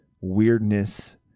weirdness